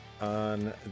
On